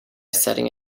setting